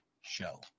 show